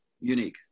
unique